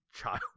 Child